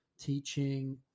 teaching